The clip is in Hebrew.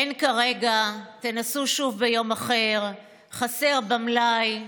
"אין כרגע", "תנסו שוב ביום אחר", "חסר במלאי"